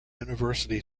university